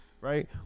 right